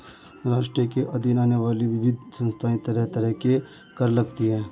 राष्ट्र के अधीन आने वाली विविध संस्थाएँ तरह तरह के कर लगातीं हैं